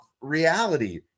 reality